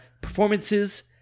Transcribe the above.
performances